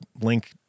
link